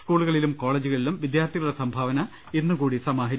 സ്കൂളുകളിലും കോളേജുക ളിലും വിദ്യാർത്ഥികളുടെ സംഭാവന ഇന്നുകൂടി സമാ ഹരിക്കും